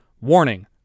Warning